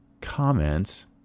comments